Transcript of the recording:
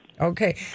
Okay